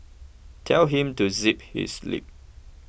tell him to zip his lip